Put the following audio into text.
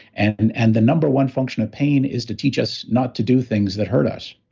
and and and the number one function of pain is to teach us not to do things that hurt us